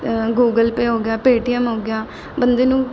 Google pay ਹੋ ਗਿਆ Paytm ਹੋ ਗਿਆ ਬੰਦੇ ਨੂੰ